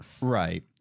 right